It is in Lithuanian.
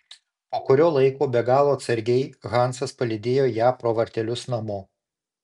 po kurio laiko be galo atsargiai hansas palydėjo ją pro vartelius namo